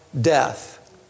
death